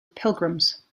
pilgrims